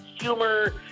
humor